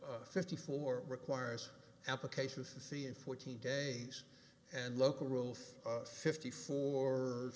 fifty four requires applications to see in fourteen days and local rules fifty four